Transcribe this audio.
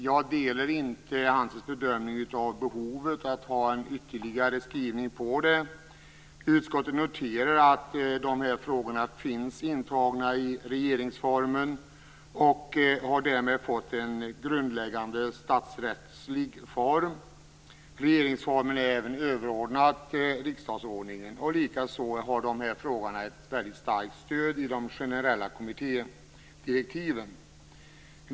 Jag delar inte hans bedömning av behovet att ha en ytterligare skrivning om detta. Utskottet noterar att de här frågorna finns intagna i regeringsformen och de har därigenom fått en grundläggande statsrättslig form. Likaså har de här frågorna ett mycket starkt stöd i de generella kommittédirektiven.